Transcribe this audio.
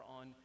on